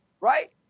Right